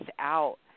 out